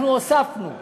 אנחנו הוספנו לחוק,